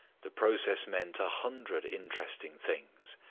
the process meant a hundred interesting things.